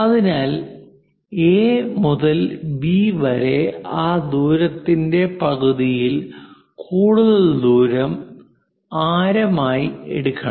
അതിനാൽ എ മുതൽ ബി വരെ ആ ദൂരത്തിന്റെ പകുതിയിൽ കൂടുതൽ ദൂരം ആരം ആയി എടുക്കണം